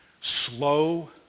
slow